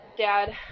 Dad